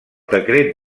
decret